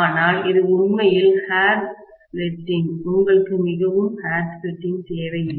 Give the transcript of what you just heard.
ஆனால் இது உண்மையில் ஹேர் ஸ்பிளிட்டிங் உங்களுக்கு மிகவும் ஹேர் ஸ்பிளிட்டிங் தேவை அல்ல